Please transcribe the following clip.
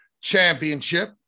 Championship